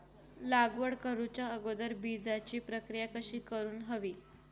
लागवड करूच्या अगोदर बिजाची प्रकिया कशी करून हवी?